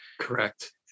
Correct